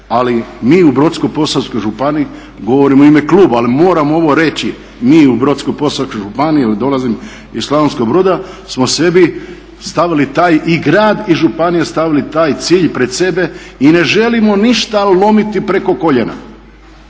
ali mi u Brodsko Posavskoj županiji govorimo u ime kluba ali moram ovo reći mi u Brdsko Posavskoj županiji jer dolazim iz Slavonskog Broda smo sebi stavili taj i grad i županije stavili taj cilj pred sebe i ne želimo ništa lomiti preko koljena.